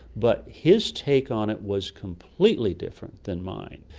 but his take on it was completely different than mine.